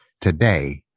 Today